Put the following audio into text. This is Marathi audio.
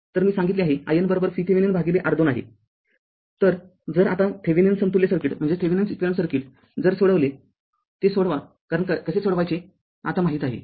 तरमी सांगितले आहे in VThevenin भागिले R२ आहे तरजर आता थेविनिन समतुल्य सर्किट जर सोडविले ते सोडवा कारण कसे सोडवायचे आता माहित आहे